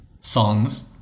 songs